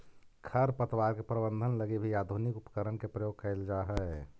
खरपतवार के प्रबंधन लगी भी आधुनिक उपकरण के प्रयोग कैल जा हइ